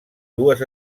dues